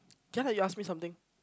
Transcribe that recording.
just now you ask me something